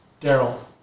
Daryl